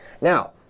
Now